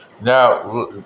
Now